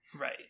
Right